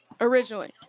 Originally